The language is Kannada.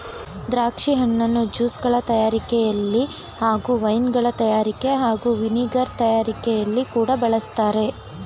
ದ್ರಾಕ್ಷಿ ಹಣ್ಣನ್ನು ಜ್ಯೂಸ್ಗಳ ತಯಾರಿಕೆಲಿ ಹಾಗೂ ವೈನ್ಗಳ ತಯಾರಿಕೆ ಹಾಗೂ ವಿನೆಗರ್ ತಯಾರಿಕೆಲಿ ಕೂಡ ಬಳಸ್ತಾರೆ